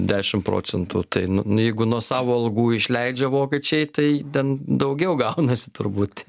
dešim procentų tai jeigu nuo savo algų išleidžia vokiečiai tai ten daugiau gaunasi turbūt